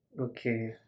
Okay